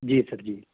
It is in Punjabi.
ਜੀ ਸਰ ਜੀ